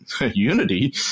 unity